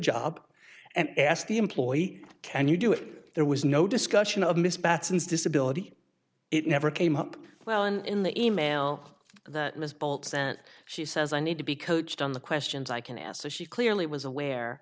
job and asked the employee can you do it there was no discussion of miss bateson disability it never came up well and in the e mail that ms bult sent she says i need to be coached on the questions i can ask so she clearly was aware